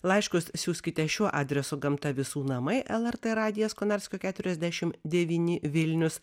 laiškus siųskite šiuo adresu gamta visų namai lrt radijas konarskio keturiasdešim devyni vilnius